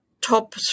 top